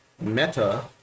meta